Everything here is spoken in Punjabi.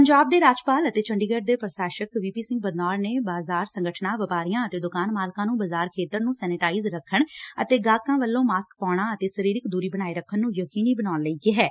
ਪੰਜਾਬ ਦੇ ਰਾਜਪਾਲ ਅਤੇ ਚੰਡੀਗੜੁ ਦੇ ਪ੍ਰਸ਼ਾਸਕ ਵੀ ਪੀ ਸਿੰਘ ਬਦਨੌਰ ਨੇ ਬਾਜ਼ਾਰ ਸੰਗਠਨਾਂ ਵਪਾਰੀਆਂ ਅਤੇ ਦੁਕਾਨ ਮਾਲਕਾਂ ਨੂੰ ਬਾਜ਼ਾਰ ਖੇਤਰ ਨੂੰ ਸੈਨੇਟਾਇਜ਼ ਰੱਖਣ ਅਤੇ ਗ੍ਹਕਾਂ ਵੱਲੋਂ ਮਾਸਕ ਪਾਉਣਾ ਅਤੇ ਸਰੀਰਕ ਦੂਰੀ ਬਣਾਏ ਰੱਖਣ ਨੂੰ ਯਕੀਨੀ ਬਣਾਉਣ ਲਈ ਕਿਹੈ